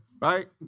right